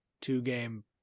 two-game